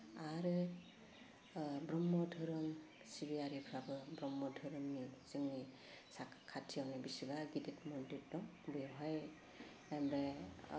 आरो ब्रह्म दोहोरोम सिबियारिफ्राबो ब्रह्म दोहोरोमनि जोंनि साखाथियावनो बेसेबा गिदिथ मन्दिर दं बेवहाय बे